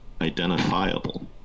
identifiable